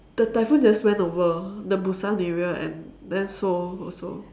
the typhoon just went over the Busan area and then Seoul also